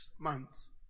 months